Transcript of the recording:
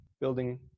building